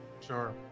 Sure